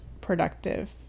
productive